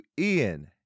Ian